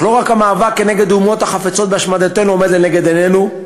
אך לא רק המאבק נגד אומות החפצות בהשמדתנו עומד לנגד עינינו,